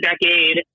decade